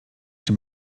czy